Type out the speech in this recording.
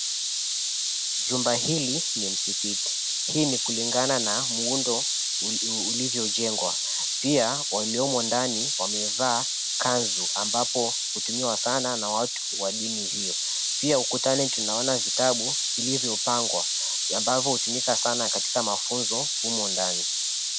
Jumba hili ni msikiti. Hii ni kulingana na muundo ulivyojengwa. 𝑃ia waliomo ndani wamevaa kanzu ambapo hutumiwa sana na watu wa dini hio. Pia ukutani tunaona vitabu vilivyopangwa ambavyo hutumika sana katika mafunzo humu ndani.